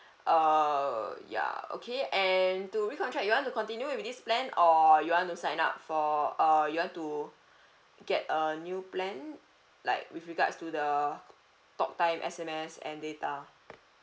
err ya okay and to recontract you want to continue with this plan or you want to sign up for err you want to get a new plan like with regards to the talk time S_M_S and data